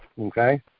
okay